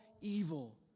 evil